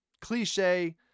cliche